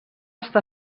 està